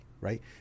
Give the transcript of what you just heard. right